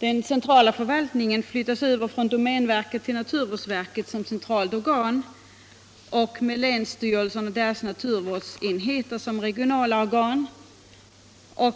Den centrala förvaltningen flyttas över från domänverket till naturvårdsverket, med länsstyrelserna och deras naturvårdsenheter som regionala organ.